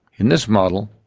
in this model,